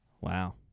Wow